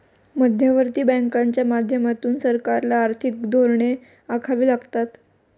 मध्यवर्ती बँकांच्या माध्यमातून सरकारला आर्थिक धोरणे आखावी लागतात